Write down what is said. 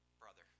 Brother